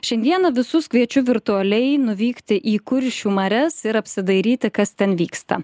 šiandieną visus kviečiu virtualiai nuvykti į kuršių marias ir apsidairyti kas ten vyksta